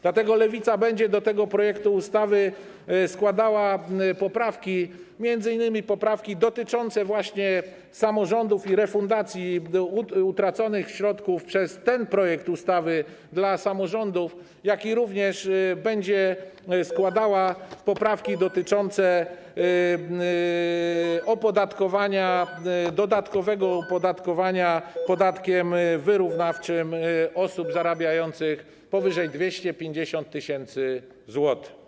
Dlatego Lewica będzie do tego projektu ustawy składała poprawki, m.in. poprawki dotyczące właśnie samorządów i refundacji utraconych środków, jeśli chodzi o ten projekt ustawy, dla samorządów, jak również będzie składała poprawki dotyczące opodatkowania, dodatkowego opodatkowania podatkiem wyrównawczym osób zarabiających powyżej 250 tys. zł.